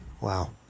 Wow